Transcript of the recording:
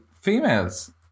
females